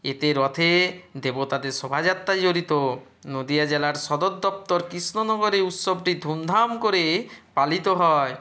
এতে রথে দেবতাদের শোভাযাত্রা জড়িত নদীয়া জেলার সদর দপ্তর কৃষ্ণনগরে উৎসবটি ধুমধাম করে পালিত হয়